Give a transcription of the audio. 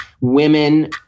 women